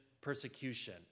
persecution